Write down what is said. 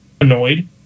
annoyed